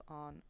on